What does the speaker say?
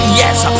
yes